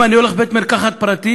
אם אני הולך לבית-מרקחת פרטי,